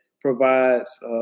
provides